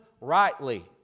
rightly